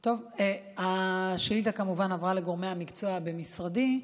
טוב, השאילתה כמובן עברה לגורמי המקצוע במשרדי.